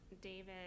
david